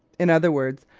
in other words,